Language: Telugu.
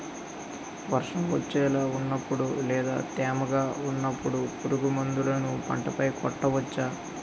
వర్షం వచ్చేలా వున్నపుడు లేదా తేమగా వున్నపుడు పురుగు మందులను పంట పై కొట్టవచ్చ?